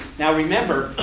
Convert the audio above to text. now remember,